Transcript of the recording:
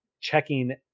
checking